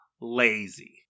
lazy